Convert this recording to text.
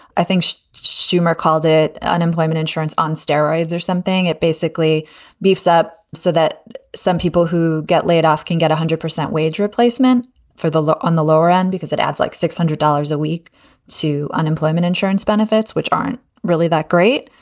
i think schumer called it unemployment insurance on steroids or something. it basically beefs up so that some people who get laid off can get one hundred percent wage replacement for the law on the lower end because it adds like six hundred dollars a week to unemployment insurance benefits, which aren't really that great.